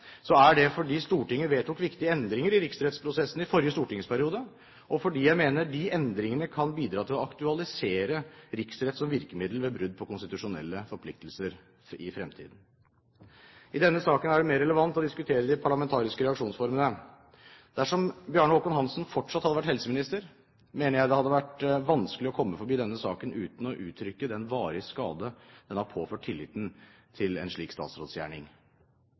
fordi Stortinget vedtok viktige endringer i riksrettsprosessene i forrige stortingsperiode, og fordi jeg mener de endringene kan bidra til å aktualisere riksrett som virkemiddel ved brudd på konstitusjonelle forpliktelser i fremtiden. I denne saken er det mer relevant å diskutere de parlamentariske reaksjonsformene. Dersom Bjarne Håkon Hanssen fortsatt hadde vært helseminister, mener jeg det ville vært vanskelig å komme forbi denne saken uten å uttrykke den varige skade den har påført tilliten til en slik statsrådsgjerning.